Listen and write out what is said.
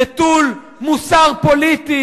נטול מוסר פוליטי,